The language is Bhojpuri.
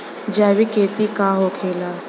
जैविक खेती का होखेला?